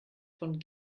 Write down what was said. von